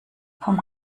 vom